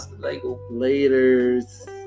Laters